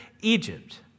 Egypt